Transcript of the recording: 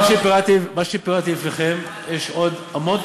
חוץ ממה שפירטתי לפניכם, יש עוד המון תוכניות,